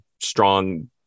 strong